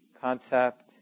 concept